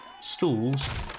stools